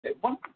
One